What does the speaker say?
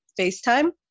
FaceTime